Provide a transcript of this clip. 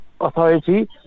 authority